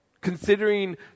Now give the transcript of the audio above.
Considering